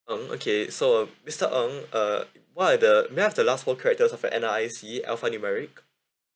ng okay so mister ng uh what are the may I have the last four character of your N_R_I_C alphanumeric